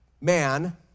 man